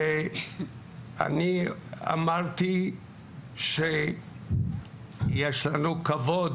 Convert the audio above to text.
ואני אמרתי שיש לנו כבוד